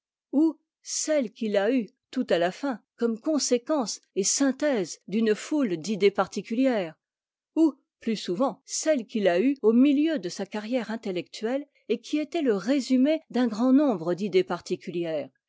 ou celles qu'il a eues tout à la fin comme conséquences et comme synthèse d'une foule d'idées particulières ou plus souvent celles qu'il a eues au milieu de sa carrière intellectuelle et qui étaient le résumé d'un grand nombre d'idées particulières